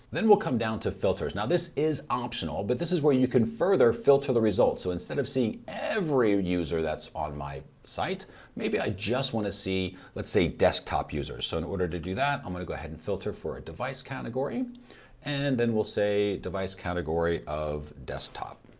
then we'll come down to filters. now this is optional but this is where you can further fill to the result. so instead of seeing every user that's on my site maybe i just want to see let's say desktop users so in order to do that i'm going to go ahead and filter for a device category and then we'll say device category of desktop